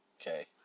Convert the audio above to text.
Okay